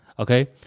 okay